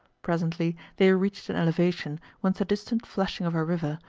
presently they reached an elevation whence the distant flashing of a river,